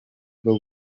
bwo